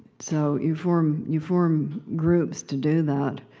so, you form you form groups to do that.